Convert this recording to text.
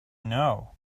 know